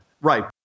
Right